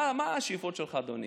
מה השאיפות שלך, אדוני?